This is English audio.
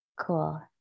cool